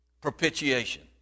propitiation